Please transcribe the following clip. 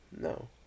No